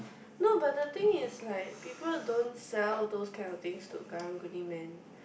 no but the thing is like people don't sell those kind of things to karang guni man